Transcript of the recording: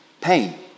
pain